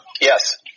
yes